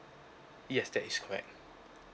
yes that is correct